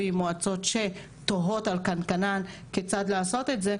מועצות שתוהות על קנקן כיצד לעשות את זה,